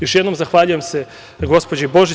Još jednom, zahvaljujem se gospođi Božić.